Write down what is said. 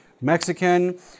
Mexican